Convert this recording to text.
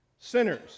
sinners